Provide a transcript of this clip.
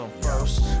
first